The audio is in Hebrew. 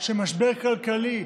של משבר כלכלי,